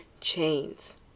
chains